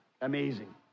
amazing